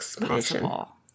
possible